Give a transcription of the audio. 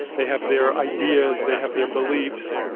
they have their ideas, they have their beliefs,